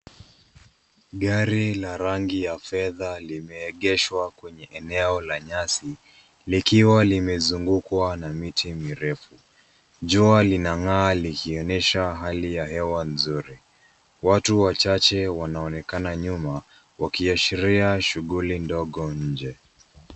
Gari la rangi ya fedha limeegeshwa kwenye eneo la nyasi, likiwa limezungukwa na miti mirefu. Jua linang'aa likionyesha hali ya hewa zuri, watu wachache wanaonekana nyuma wakiashiria shuguli dogo inje.